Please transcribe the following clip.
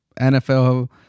nfl